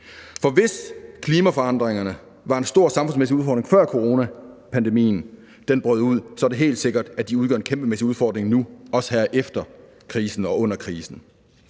For hvis klimaforandringerne var en stor samfundsmæssig udfordring, før coronapandemien brød ud, så er det helt sikkert, at de udgør en kæmpemæssig udfordring nu – også her efter krisen og under krisen.